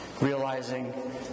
realizing